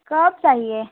कब चाहिए